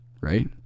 right